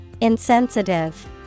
Insensitive